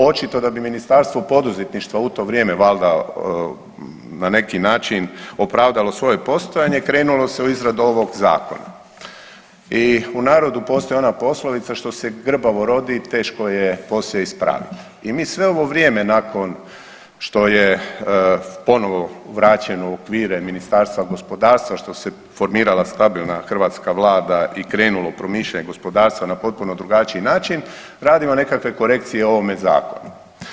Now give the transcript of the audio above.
Očito da bi ministarstvo poduzetništva u to vrijeme valda na neki način opravdalo svoje postojanje, krenulo se u izradu ovog Zakona i u narodu postoji ona poslovica, što se grbavo rodi, teško je poslije ispraviti i mi sve ovo vrijeme nakon što je ponovo vraćeno u okvire Ministarstva gospodarstva, što se formirala stabilna hrvatska Vlada i krenulo promišljanje gospodarstva na potpuno drugačiji način, radimo nekakve korekcije o ovome Zakonu.